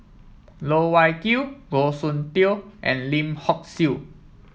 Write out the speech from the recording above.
Loh Wai Kiew Goh Soon Tioe and Lim Hock Siew